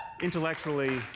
intellectually